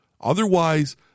Otherwise